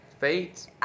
Fate